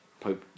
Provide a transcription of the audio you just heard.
Pope